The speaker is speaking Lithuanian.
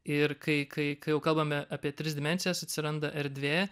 ir kai kai kai jau kalbame apie tris dimensijas atsiranda erdvė